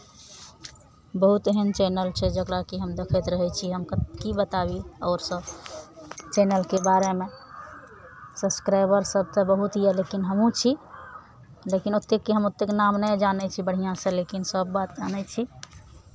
बहुत एहन चैनल छै जकरा कि हम देखैत रहै छी हम कत की बताबी आओर सभ चैनलके बारेमे सब्सक्राइबरसभ तऽ बहुत यए लेकिन हमहूँ छी लेकिन ओतेकके हम ओतेक नाम नहि जानै छी बढ़िआँसँ लेकिन सभ बात जानै छी